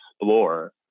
explore